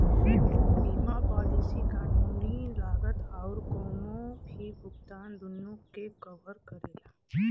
बीमा पॉलिसी कानूनी लागत आउर कउनो भी भुगतान दूनो के कवर करेला